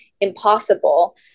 impossible